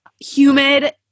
humid